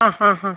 ആ ഹാ ഹാ